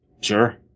Sure